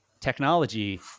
technology